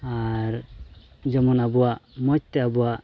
ᱟᱨ ᱡᱮᱢᱚᱱ ᱟᱵᱚᱣᱟᱜ ᱢᱚᱡᱽ ᱛᱮ ᱟᱵᱚᱣᱟᱜ